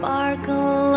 Sparkle